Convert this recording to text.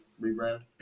rebrand